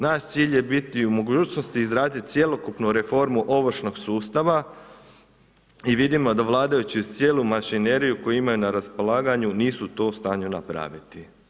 Naš cilj je biti u mogućnosti izraditi cjelokupnu reformu ovršnog sustava i vidimo da vladajući uz cijelu mašineriju koju imaju na raspolaganju nisu to u stanju napraviti.